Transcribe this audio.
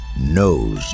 knows